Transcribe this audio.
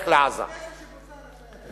הפשע שבוצע על השייטת.